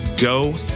go